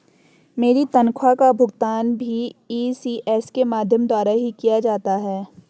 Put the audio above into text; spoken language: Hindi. मेरी तनख्वाह का भुगतान भी इ.सी.एस के माध्यम द्वारा ही किया जाता है